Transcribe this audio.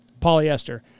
polyester